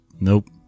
Nope